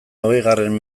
hogeigarren